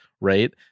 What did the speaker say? right